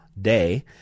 day